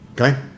Okay